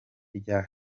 rya